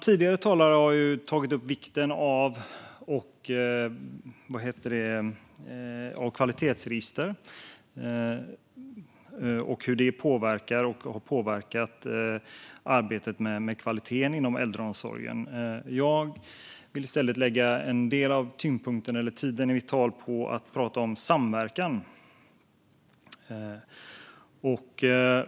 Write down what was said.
Tidigare talare har tagit upp vikten av kvalitetsregister och hur de påverkar och har påverkat arbetet med kvaliteten inom äldreomsorgen. Jag vill i stället lägga en del av tiden i mitt tal på att prata om samverkan.